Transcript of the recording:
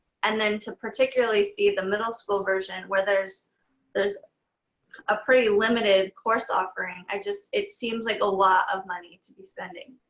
and then to particularly see the middle school version where there's there's a pretty limited course offering. and it seems like a lot of money to be spending.